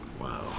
Wow